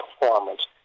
performance